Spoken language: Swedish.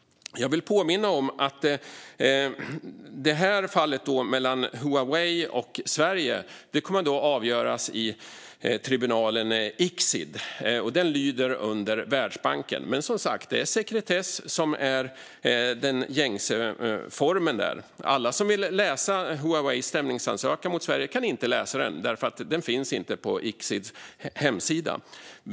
Jag vill påminna om att fallet med Huwaei och Sverige kommer att avgöras i tribunalen ICSID, som lyder under Världsbanken. Men det är som sagt sekretess som är den gängse formen där. Alla som vill läsa Huaweis stämningsansökan mot Sverige kan inte göra det, för den finns inte på ICSID:s hemsida.